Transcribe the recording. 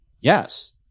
Yes